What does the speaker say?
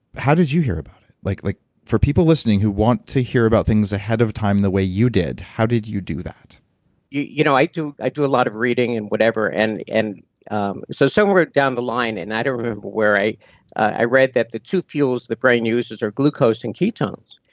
how did you hear about it? like like for people listening who want to hear about things ahead of time the way you did, how did you do you know, i do i do a lot of reading and whatever, and and um so somewhere down the line and i don't remember where, i i read that the two fuels the brain uses are glucose and ketones.